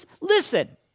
listen